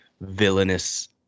villainous